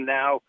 now